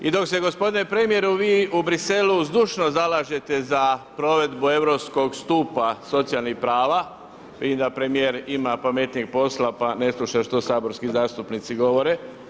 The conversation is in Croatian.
I dok se gospodine premijeru vi u Briselu zdušno zalažete za provedbu europskog stupa socijalnih prava, vidim da premijer ima pametnijeg posla pa ne sluša što saborski zastupnici govore.